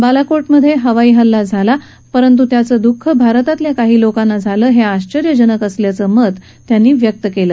बालाको उधे हवाई हल्ला केला गेला परंतू त्याचं दुःख भारतातील काही लोकांना झालं हे आश्वर्यजनक असल्याचं मत त्यांनी व्यक्त केलं